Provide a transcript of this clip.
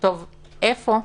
איפה?